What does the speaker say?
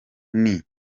nti